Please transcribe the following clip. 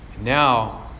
Now